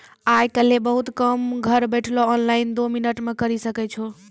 आय काइल बहुते काम घर बैठलो ऑनलाइन दो मिनट मे करी सकै छो